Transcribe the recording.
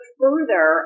further